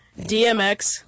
Dmx